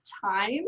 time